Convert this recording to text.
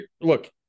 look